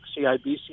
CIBC